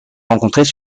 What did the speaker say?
rencontrés